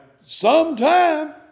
Sometime